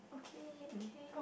okay okay